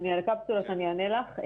על הקפסולות אני אענה לך.